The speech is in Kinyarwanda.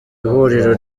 ihuriro